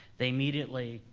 they immediately,